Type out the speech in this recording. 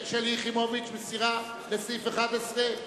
שלי יחימוביץ, מסירה לסעיף 11,